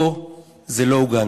פה זה לא אוגנדה.